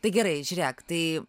tai gerai žiūrėk tai